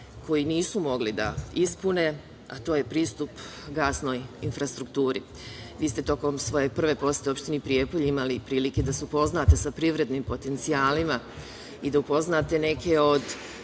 koji nisu mogli da ispune, a to je pristup gasnoj infrastrukturi. Vi ste tokom svoje prve posete opštini Prijepolje imali prilike da se upoznate sa privrednim potencijalima i da upoznate neke od